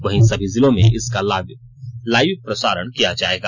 वहीं सभी जिलों में इसका लाइव प्रसारण किया जायेगा